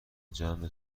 جمع